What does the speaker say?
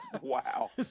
wow